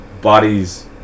bodies